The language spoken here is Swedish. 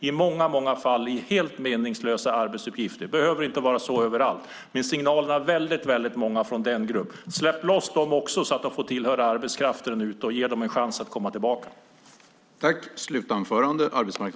I många fall har de helt meningslösa arbetsuppgifter. Det behöver inte vara så överallt, men signalerna är väldigt många från den gruppen. Släpp loss dem också, så att de får tillhöra arbetskraften! Ge dem en chans att komma tillbaka!